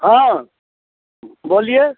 हँ बोलिये